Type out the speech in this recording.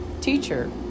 Teacher